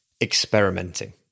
experimenting